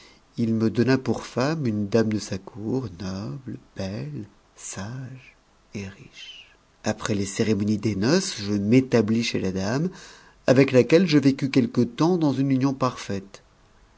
il me dou pour femme une dame de sa cour nohte belle sage et riche après f's cérémonies des noces je m'établis chez la dame avec laquelle je vécus quelque temps dans une union parfaite